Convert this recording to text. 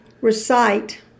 recite